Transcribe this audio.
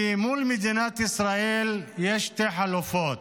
כי מול מדינת ישראל יש שתי חלופות.